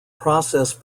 process